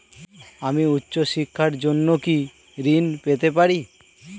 আমি উচ্চশিক্ষার জন্য কি ঋণ পেতে পারি?